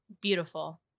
Beautiful